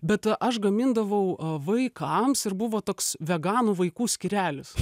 bet aš gamindavau vaikams ir buvo toks veganų vaikų skyrelis